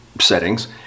settings